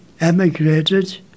emigrated